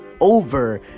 over